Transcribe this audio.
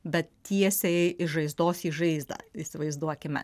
bet tiesiai iš žaizdos į žaizdą įsivaizduokime